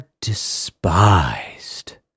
despised